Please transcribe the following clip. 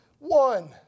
One